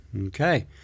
Okay